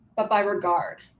but by regard.